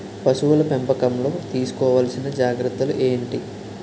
పశువుల పెంపకంలో తీసుకోవల్సిన జాగ్రత్తలు ఏంటి?